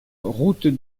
route